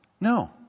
No